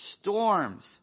storms